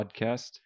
podcast